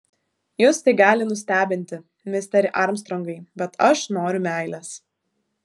jus tai gali nustebinti misteri armstrongai bet aš noriu meilės